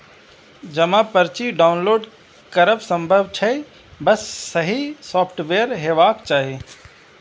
जमा पर्ची डॉउनलोड करब संभव छै, बस सही सॉफ्टवेयर हेबाक चाही